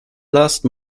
last